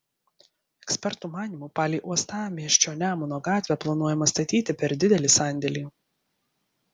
ekspertų manymu palei uostamiesčio nemuno gatvę planuojama statyti per didelį sandėlį